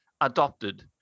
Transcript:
adopted